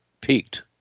peaked